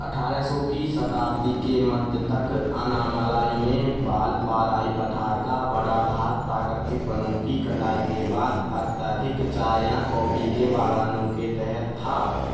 अठारह सौ की शताब्दी के मध्य तक अन्नामलाई में वालपराई पठार का बड़ा भाग प्राकृतिक वनों की कटाई के बाद अत्यधिक चाय या कॉफ़ी के बगानों के तहत था